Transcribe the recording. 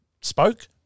spoke